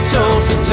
Tulsa